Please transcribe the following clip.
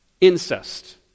Incest